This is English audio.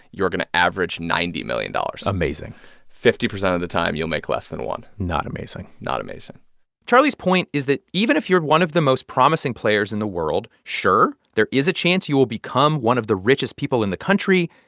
you're going to average ninety dollars million amazing fifty percent of the time, you'll make less than one not amazing not amazing charlie's point is that even if you're one of the most promising players in the world, sure, there is a chance you will become one of the richest people in the country.